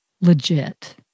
Legit